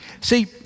See